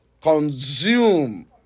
consume